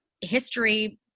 history